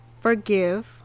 forgive